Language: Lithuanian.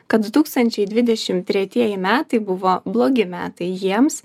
kad du tūkstančiai dvidešimt tretieji metai buvo blogi metai jiems